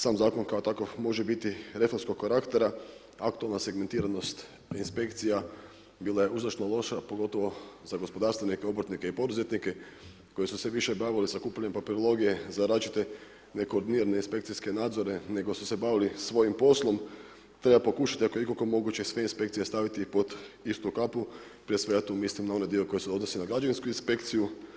Sam zakon kao takav može biti refleksnog karaktera, aktualna segmentiranost inspekcija bila je užasno loša pogotovo za gospodarstvenike, obrtnike i poduzetnike koji su se više bavili sakupljanjem papirologije za različite nekoordinirane inspekcijske nadzore nego su se bavili svojim poslom, treba pokušati ako je ikako moguće sve inspekcije staviti pod istu kapu, prije svega tu mislim na onaj dio koji se odnosi na građevinsku inspekciju.